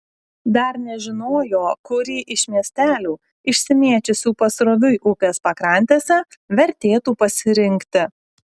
dar nežinojo kurį iš miestelių išsimėčiusių pasroviui upės pakrantėse vertėtų pasirinkti